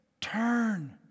turn